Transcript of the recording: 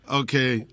okay